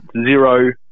zero